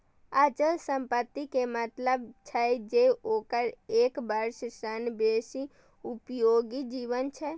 अचल संपत्ति के मतलब छै जे ओकर एक वर्ष सं बेसी उपयोगी जीवन छै